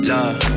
Love